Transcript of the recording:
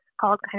called